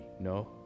No